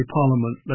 Parliament